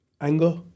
Anger